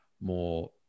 more